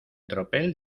tropel